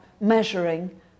measuring